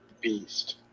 beast